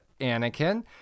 Anakin